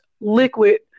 liquid